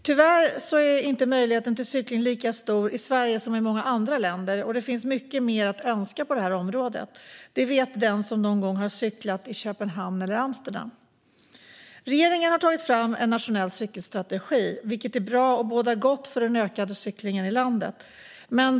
Tyvärr är möjligheten till cykling inte lika stor i Sverige som i många andra länder, och det finns mycket mer att önska på det här området. Det vet den som någon gång har cyklat i Köpenhamn eller Amsterdam. Regeringen har tagit fram en nationell cykelstrategi, vilket är bra och bådar gott för den ökade cyklingen i landet.